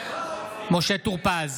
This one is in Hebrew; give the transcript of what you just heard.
משה טור פז,